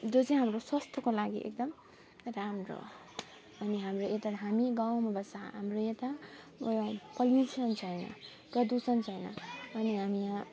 जो चाहिँ हाम्रो स्वास्थ्यको लागि एकदम राम्रो हो अनि हाम्रो यता हामी गाउँमा बस्छ हाम्रो यता ऊ यो पोलुसन छैन प्रदूषण छैन अनि हामी यहाँ